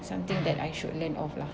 something that I should learn of lah